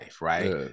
right